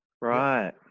Right